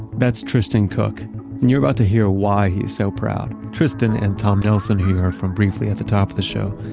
that's tristan cooke. and you're about to hear why he's so proud. tristan and tom nelson here from briefly at the top of the show,